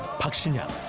park shinyang.